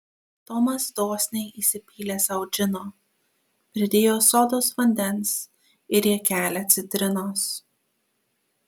tomas dosniai įsipylė sau džino pridėjo sodos vandens ir riekelę citrinos